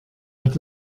hat